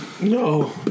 No